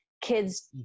Kids